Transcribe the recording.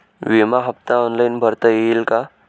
विमा हफ्ता ऑनलाईन भरता येईल का?